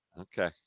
Okay